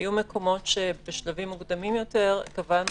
היו מקומות שבשלבים מוקדמים יותר קבענו